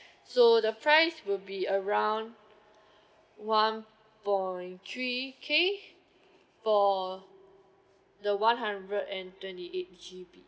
so the price will be around one point three K for the one hundred and twenty eight G_B